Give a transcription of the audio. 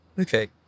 okay